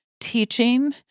teaching